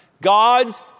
God's